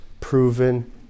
proven